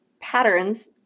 patterns